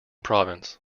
province